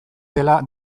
dela